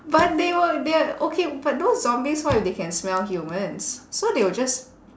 but they will they're okay but those zombies what if they can smell humans so they will just